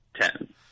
Ten